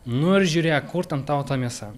nu ir žiūrėk kur ten tavo ta mėsa